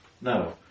No